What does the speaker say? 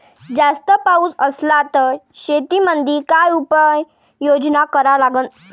जास्त पाऊस असला त शेतीमंदी काय उपाययोजना करा लागन?